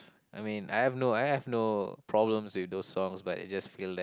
I mean I have no I have no problems with those songs but it just feel that